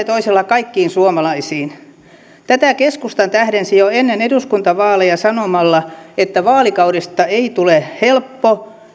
toisella kaikkiin suomalaisiin tätä keskusta tähdensi jo ennen eduskuntavaaleja sanomalla että vaalikaudesta ei tule helppo